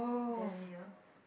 damn near